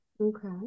Okay